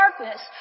darkness